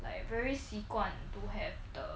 like very 习惯 to have the